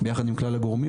ביחד עם כלל הגורמים.